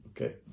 Okay